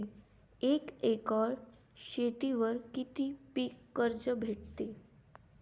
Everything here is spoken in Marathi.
एक एकर शेतीवर किती पीक कर्ज भेटते?